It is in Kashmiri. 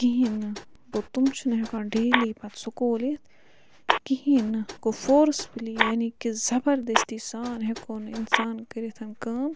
کِہیٖنۍ گوٚو تم چھِنہٕ ہیٚکان ڈیلی پَتہٕ سکوٗل یِتھ کِہیٖنۍ گوٚو فورسفُلی یعنی کہِ زَبَردَستی سان ہیٚکون اِنسان کٔرِتھ کٲم